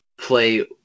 play